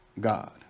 God